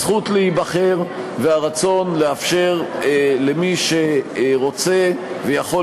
הזכות להיבחר והרצון לאפשר למי שרוצה ויכול